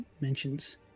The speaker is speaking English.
mentions